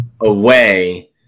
away